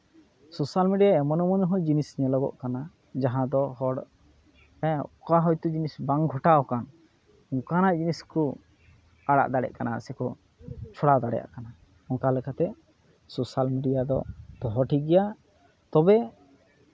social media ᱮᱢᱚᱱ ᱮᱢᱚᱱ ᱡᱤᱱᱤᱥ ᱦᱚᱸ ᱧᱮᱞᱚᱜᱚᱜ ᱠᱟᱱᱟ ᱡᱟᱦᱟᱸ ᱫᱚ ᱦᱚᱲ ᱚᱠᱟ ᱦᱚᱭᱛᱳ ᱡᱤᱱᱤᱥ ᱵᱟᱝ ᱜᱷᱚᱴᱟᱣ ᱟᱠᱟᱱ ᱚᱱᱠᱟᱱᱟᱜ ᱡᱤᱱᱤᱥ ᱠᱚ ᱟᱲᱟᱜ ᱫᱟᱲᱮᱭᱟᱜ ᱠᱟᱱᱟ ᱥᱮᱠᱚ ᱪᱷᱚᱲᱟᱣ ᱫᱟᱲᱮᱭᱟᱜ ᱠᱟᱱᱟ ᱚᱱᱠᱟ ᱞᱮᱠᱟᱛᱮ ᱥᱳᱥᱟᱞ ᱢᱤᱰᱤᱭᱟ ᱫᱚ ᱱᱤᱛ ᱦᱚᱸ ᱴᱷᱤᱠ ᱜᱮᱭᱟ ᱛᱚᱵᱮ